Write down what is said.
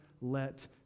let